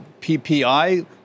PPI